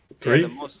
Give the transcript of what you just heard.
Three